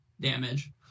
damage